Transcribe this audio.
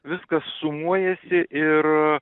viskas sumuojasi ir